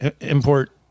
import